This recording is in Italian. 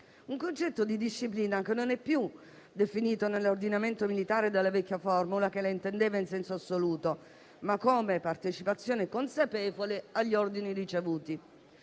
un concetto di disciplina definito nell'ordinamento militare non più dalla vecchia formula che la intendeva in senso assoluto, ma come partecipazione consapevole agli ordini ricevuti.